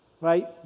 right